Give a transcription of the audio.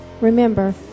Remember